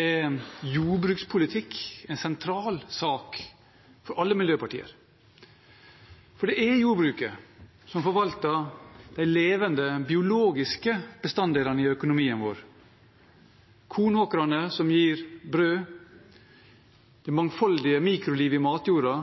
er jordbrukspolitikk en sentral sak for alle miljøpartier. Det er jordbruket som forvalter de levende, biologiske bestanddelene av økonomien vår: kornåkrene, som gir brød, det mangfoldige mikrolivet i matjorda,